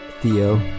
Theo